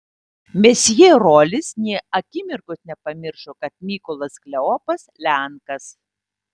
mesjė rolis nė akimirkos nepamiršo kad mykolas kleopas lenkas